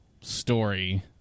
story